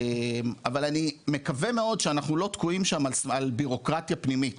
אבל אני מקווה מאוד שאנחנו לא תקועים שם על בירוקרטיה פנימית